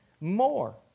more